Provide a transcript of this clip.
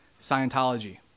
Scientology